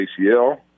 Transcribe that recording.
ACL